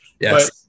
Yes